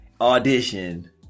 audition